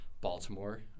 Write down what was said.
Baltimore